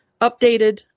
updated